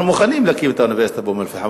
אנחנו מוכנים להקים את האוניברסיטה באום-אל-פחם,